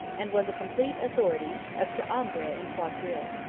and was a complete authority as to ombre and quadrille.